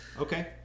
Okay